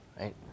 right